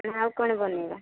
ନା ଆଉ କ'ଣ ବନେଇବା